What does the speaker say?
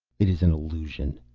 it is an illusion,